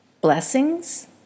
Blessings